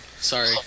Sorry